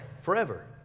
forever